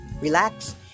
relax